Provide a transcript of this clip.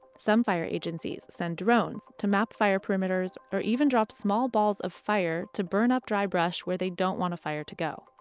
some fire agencies send drones to map fire perimeters or even drop small balls of fire to burn up dry brush where they don't want to fire to go.